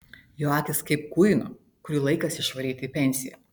jo akys kaip kuino kurį laikas išvaryti į pensiją